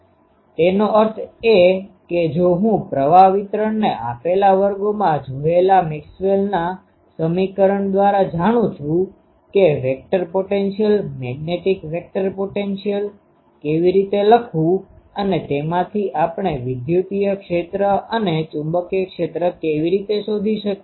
તેનો અર્થ એ કે જો હું પ્રવાહ વિતરણને આપણે પહેલા વર્ગોમાં જોયેલા મેક્સવેલના સમીકરણ દ્વારા જાણું છું કે vector potential magnetic vector potential કેવી રીતે લખવું અને તેમાંથી આપણે વિદ્યુતીય ક્ષેત્ર અને ચુંબકીય ક્ષેત્ર કેવી રીતે શોધી શકીએ